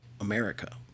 America